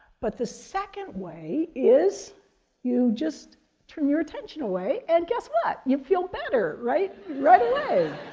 but the second way is you just turn your attention away, and guess what? you feel better, right, right away.